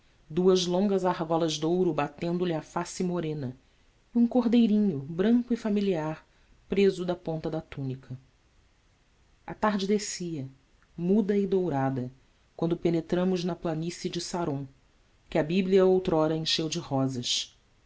duas longas argolas de ouro batendo-lhe a face morena e um cordeirinho branco e familiar preso da ponta da túnica a tarde descia muda e dourada quando penetramos na planície de sáron que a bíblia outrora encheu de rosas